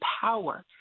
power